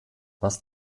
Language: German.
was